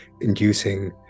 inducing